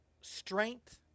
strength